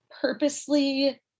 purposely